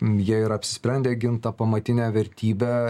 jie ir apsisprendė gint tą pamatinę vertybę